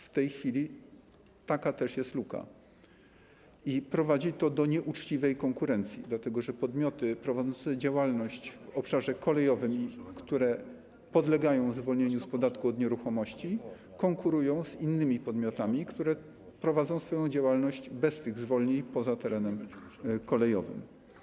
W tej chwili istnieje pewna luka i prowadzi to do nieuczciwej konkurencji, dlatego że podmioty prowadzące działalność na obszarze kolejowym, które podlegają zwolnieniu z podatku od nieruchomości, konkurują z innymi podmiotami, które prowadzą swoją działalność bez tych zwolnień poza terenem kolejowym.